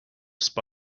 spy